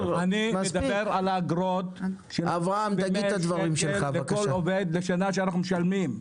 מדבר על האגרות -- לכל עובד לשנה שאנחנו משלמים,